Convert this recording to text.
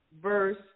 verse